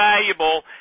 valuable